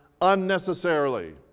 unnecessarily